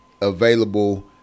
available